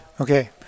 Okay